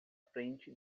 frente